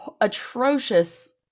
atrocious